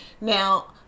Now